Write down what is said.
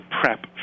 prep